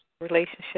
Relationship